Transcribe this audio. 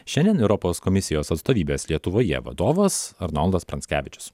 šiandien europos komisijos atstovybės lietuvoje vadovas arnoldas pranckevičius